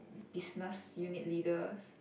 business unit leader